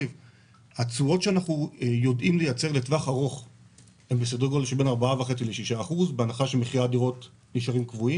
אנחנו ממשיכים היום את הדיון בחוק ההסדרים - פרק ז' (שכירות מוסדית).